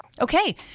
Okay